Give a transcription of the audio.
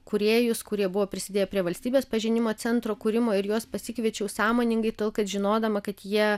kūrėjus kurie buvo prisidėję prie valstybės pažinimo centro kūrimo ir juos pasikviečiau sąmoningai todėl kad žinodama kad jie